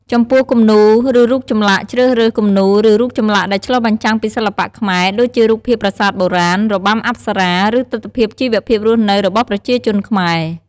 ចំពោះ គំនូរ ឬរូបចម្លាក់ ជ្រើសរើស គំនូរ ឬរូបចម្លាក់ដែលឆ្លុះបញ្ចាំងពីសិល្បៈខ្មែរ ដូចជារូបភាពប្រាសាទបុរាណ របាំអប្សរា ឬទិដ្ឋភាពជីវភាពរស់នៅរបស់ប្រជាជនខ្មែរ។